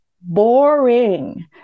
Boring